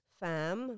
fam